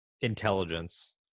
intelligence